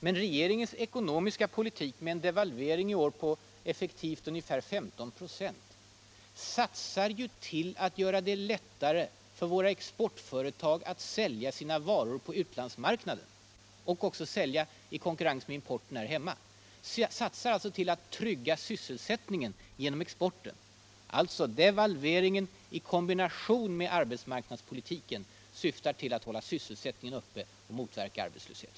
Men regeringens ekonomiska politik, med en devalvering i år på effektivt ungefär 15 96, siktar till att göra det lättare för våra exportföretag att sälja sina varor på utlandsmarknaden och också att sälja dem i konkurrens med importen här hemma. Den satsar alltså på att trygga sysselsättningen genom exporten. Alltså: devalveringen i kombination med arbetsmarknadspolitiken syftar till att hålla sysselsättningen uppe och motverka arbetslöshet.